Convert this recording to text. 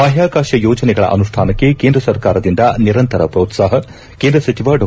ಬಾಹ್ಕಾಕಾಶ ಯೋಜನೆಗಳ ಅನುಷ್ಠಾನಕ್ಕೆ ಕೇಂದ್ರ ಸರ್ಕಾರದಿಂದ ನಿರಂತರ ಪ್ರೋತಾಪ ಕೇಂದ್ರ ಸಚಿವ ಡಾ